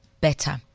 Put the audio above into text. better